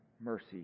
mercy